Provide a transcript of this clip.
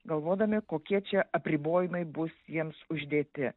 galvodami kokie čia apribojimai bus jiems uždėti